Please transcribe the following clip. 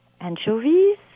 anchovies